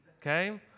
okay